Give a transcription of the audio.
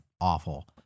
awful